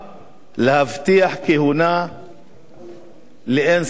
להבטיח כהונה לאין-סוף זמן.